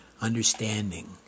understanding